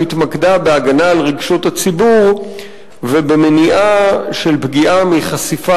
שהתמקדה בהגנה על רגשות הציבור ובמניעה של פגיעה מחשיפה